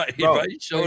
right